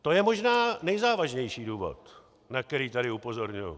To je možná nejzávažnější důvod, na který tady upozorňuji.